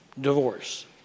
divorce